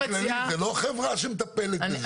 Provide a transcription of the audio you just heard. לא, אבל באופן כללי - זו לא חברה שמטפלת בזה.